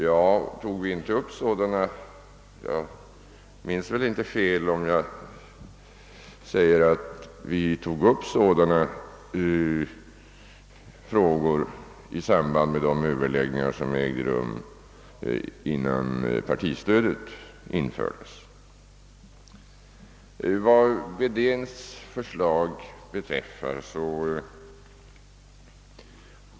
Jag misstar mig nog inte om jag säger att vi tog upp sådana frågor i samband med de överläggningar som ägde rum innan partistödet infördes.